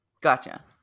Gotcha